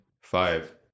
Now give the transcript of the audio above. Five